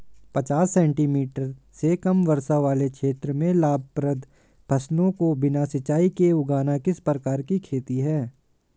पचास सेंटीमीटर से कम वर्षा वाले क्षेत्रों में लाभप्रद फसलों को बिना सिंचाई के उगाना किस प्रकार की खेती है?